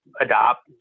adopt